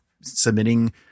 submitting